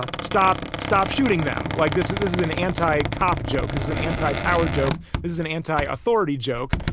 ah stop, stop shooting them like this. this is an anti-cop joke, is is an anti power joke. this is an anti-authority joke.